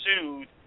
sued